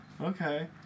okay